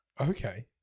Okay